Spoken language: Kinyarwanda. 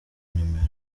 numero